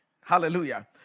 Hallelujah